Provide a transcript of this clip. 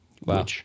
Wow